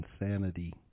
insanity